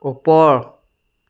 ওপৰ